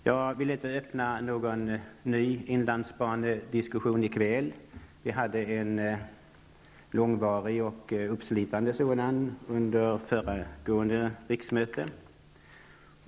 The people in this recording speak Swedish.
Jag vill inte öppna någon ny inlandsbanediskussion i kväll. Vi hade en långvarig och uppslitande sådan under föregående riksmöte.